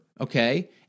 okay